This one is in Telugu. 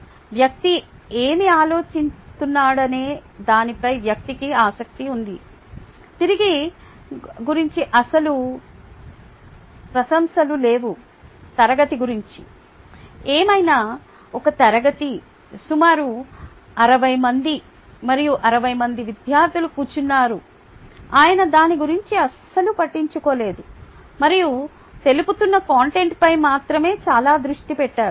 వ్యక్తి ఏమి ఆలోచిస్తున్నాడనే దానిపై వ్యక్తికి ఆసక్తి ఉంది తరగతి గురించి అసలు ప్రశంసలు లేవు ఏమైనా ఒక తరగతి - సుమారు 60 మంది మరియు 60 మంది విద్యార్థులు కూర్చున్నారు అయినా దాని గురించి అస్సలు పట్టించులేదు మరియు తెలుపుతున్న కంటెంట్పై మాత్రమే చాలా దృష్టి పెట్టారు